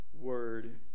word